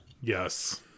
Yes